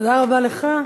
תודה רבה לך.